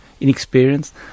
inexperienced